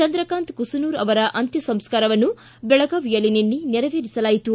ಚಂದ್ರಕಾಂತ ಕುಸನೂರ ಅವರ ಅಂತ್ಯ ಸಂಸ್ಕಾರವನ್ನು ಬೆಳಗಾವಿಯಲ್ಲಿ ನಿನ್ನೆ ನೇರವೇರಿಸಲಾಯಿತು